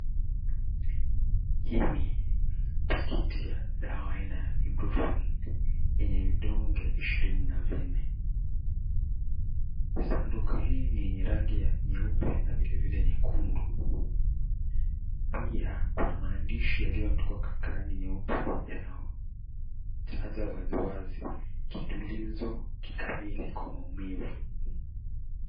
Hii ni pakiti ya dawa aina ya Ibruprofen yenye vidoge ishirini na vinne. Kisanduku hii ni yenye rangi nyuepe vilevile rangi nyekundu, pia kuna maandishi yaliyoandikwa katika rangi nyeupe yanayotaja wazi wazi, kitulizo kikamili kwa maumivu.